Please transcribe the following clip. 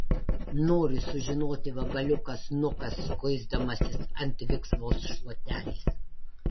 nori sužinoti vabaliukas nukas kuisdamasis ant viksvos šluotelės